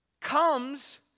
comes